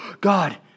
God